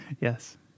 Yes